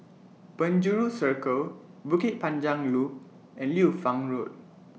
Penjuru Circle Bukit Panjang Loop and Liu Fang Road